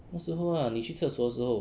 那时候 ah 你去厕所的时候